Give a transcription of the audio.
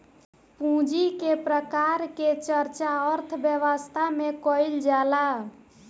पूंजी के प्रकार के चर्चा अर्थव्यवस्था में कईल जाला